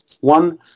One